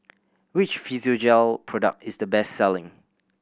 which Physiogel product is the best selling